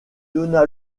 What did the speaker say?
donna